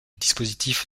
dispositif